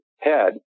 head